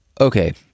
Okay